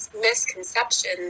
misconception